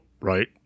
right